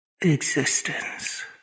Existence